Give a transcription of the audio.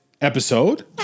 episode